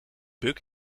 bug